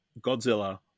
Godzilla